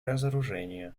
разоружения